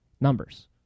numbers